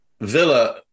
Villa